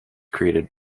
created